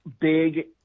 big